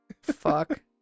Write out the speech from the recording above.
fuck